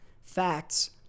facts